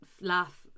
laugh